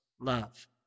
love